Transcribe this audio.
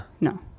No